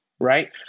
Right